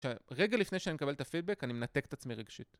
רגע לפני שאני מקבל את הפידבק, אני מנתק את עצמי רגשית.